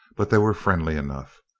but they were friendly enough.